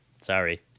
sorry